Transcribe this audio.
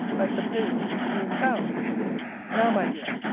i supposed to be in town now, my dear,